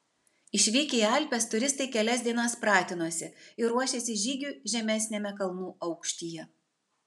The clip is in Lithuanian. išvykę į alpes turistai kelias dienas pratinosi ir ruošėsi žygiui žemesniame kalnų aukštyje